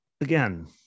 again